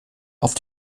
auf